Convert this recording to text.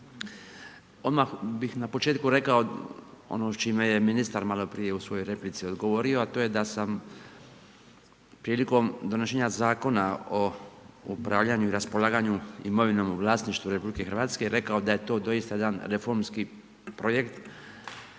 Odmah bi na početku rekao, ono s čime je ministar maloprije u svojoj replici odgovorio, a to je da sam prilikom donošenja Zakona o upravljanju i raspolaganju imovinom u vlasništvu RH rekao da je to doista jedan reformski projekt,